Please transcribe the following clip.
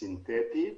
סינתטית